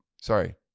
Sorry